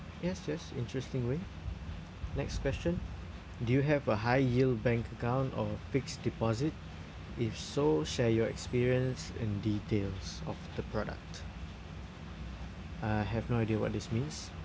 yes yes interesting next question do you have a high yield bank account or fixed deposit if so share your experience and details of the product I have no idea what this means